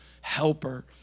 helper